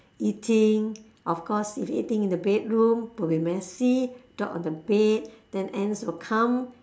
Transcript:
eating of course if eating in the bedroom will be messy drop on the bed then ants will come